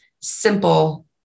simple